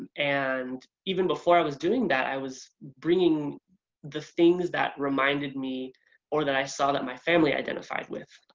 and and even before i was doing that i was bringing the things that reminded me or that i saw that my family identified with.